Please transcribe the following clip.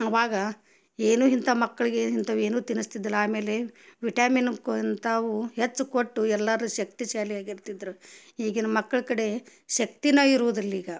ಅವಾಗ ಏನು ಇಂಥ ಮಕ್ಕಳಿಗೆ ಇಂಥವು ಏನೂ ತಿನ್ನಿಸ್ತಿದ್ದಿಲ್ಲ ಆಮೇಲೆ ವಿಟ್ಯಾಮಿನ್ ಕೊ ಇಂಥವು ಹೆಚ್ಚು ಕೊಟ್ಟು ಎಲ್ಲರೂ ಶಕ್ತಿಶಾಲಿ ಆಗಿರ್ತಿದ್ರು ಈಗಿನ ಮಕ್ಳ ಕಡೆ ಶಕ್ತಿನೇ ಇರುದಿಲ್ಲ ಈಗ